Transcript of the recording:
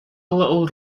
little